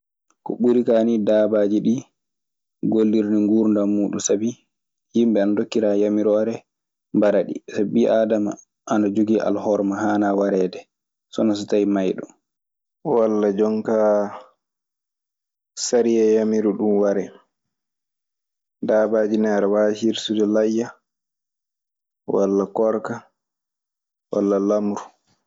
Ko ɓuri kaa nii daabaaji gollirde nguurndam muuɗun sabi yimɓe ana ndokkiraa yamirore, mbara ɗi. Sabi ɓii aadama ana jogii alhorma, haanaa wareede so wanaa so tawii maayɗo. Walla jonkaa sariya yamira ɗun waree. Daabaaji ne, aɗe waawi hirsude layya walla koorka walla lamru.